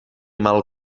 mal